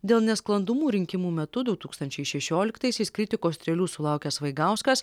dėl nesklandumų rinkimų metu du tūkstančiai šešioliktaisiais kritikos strėlių sulaukęs vaigauskas